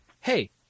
hey